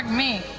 like me.